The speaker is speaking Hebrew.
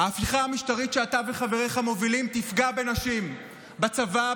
ההפיכה המשטרית שאתה וחבריך מובילים תפגע בנשים בצבא,